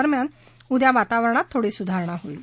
दरम्यान उद्या वातावरणात थोडी सुधारणा होईल